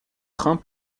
trains